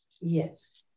Yes